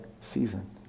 season